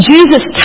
Jesus